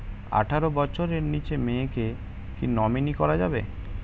আঠারো বছরের নিচে মেয়েকে কী নমিনি করা যাবে?